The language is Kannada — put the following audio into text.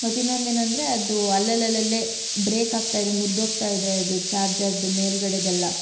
ಮತ್ತು ಇನ್ನೊಂದು ಏನಂದರೆ ಅದು ಅಲ್ಲಲ್ಲಲ್ಲಲ್ಲೇ ಬ್ರೇಕ್ ಆಗ್ತಾಯಿದೆ ಮುರಿದ್ಹೋಗ್ತಾಯಿದೆ ಅದು ಚಾರ್ಜರದ್ದು ಮೇಲುಗಡೆದೆಲ್ಲ